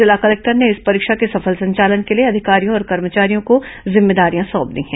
जिला कलेक्टर ने इस परीक्षा के सफल संचालन के लिए अधिकारियों और कर्मचारियों को जिम्मेदारियां सौंप दी हैं